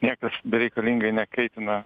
niekas bereikalingai nekaitina